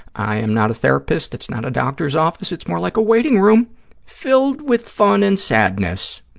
i am not a therapist. it's not a doctor's office. it's more like a waiting room filled with fun and sadness.